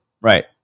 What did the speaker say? Right